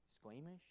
squeamish